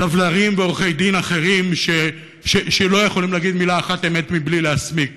לבלרים ועורכי דין אחרים שלא יכולים להגיד מילה אחת אמת בלי להסמיק.